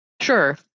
Sure